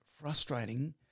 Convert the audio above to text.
frustrating